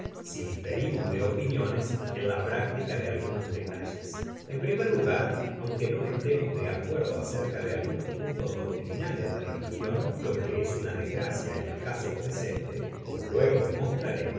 si diferimos de opiniones en la práctica de algunos detalles en primer lugar aunque o estemos de acuerdo acerca de algunos puntos doctrinales de religion lo que es una desgracia en el caso presente como luego demostraré